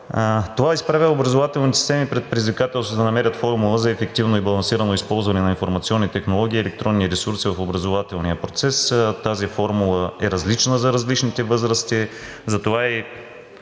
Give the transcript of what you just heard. Това изправя образователните системи пред предизвикателството да намерят формула за ефективно и балансирано използване на информационни технологии и електронни ресурси в образователния процес. Тази формула е различна за различните възрасти, затова и